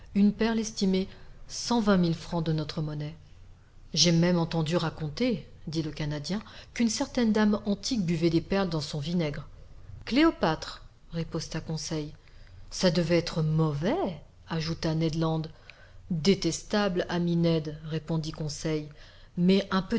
une perle estimée cent vingt mille francs de notre monnaie j'ai même entendu raconter dit le canadien qu'une certaine dame antique buvait des perles dans son vinaigre cléopâtre riposta conseil ça devait être mauvais ajouta ned land détestable ami ned répondit conseil mais